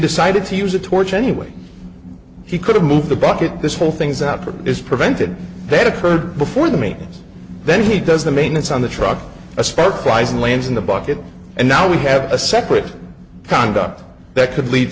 decided to use a torch any way he could have moved the bucket this whole thing's out from is prevented that occurred before the mains then he does the maintenance on the truck a spark flies and lands in the bucket and now we have a separate condom that could lead